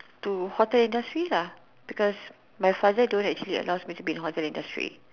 to hotel industry lah because my father don't actually allows me to be in hotel industry